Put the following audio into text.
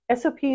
SOPs